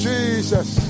Jesus